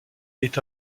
est